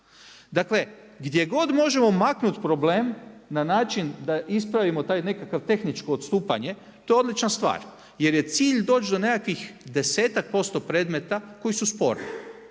Dakle, gdje god možemo maknuti problem, na način da ispravimo taj nekakvo tehničko odstupanja, to je odlična stvar. Jer je cilj doć do nekakvih 10% predmeta koji su sporni.